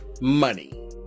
money